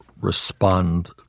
respond